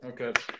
Okay